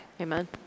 amen